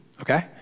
okay